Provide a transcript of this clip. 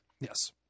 Yes